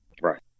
Right